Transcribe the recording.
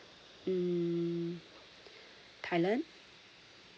mm thailand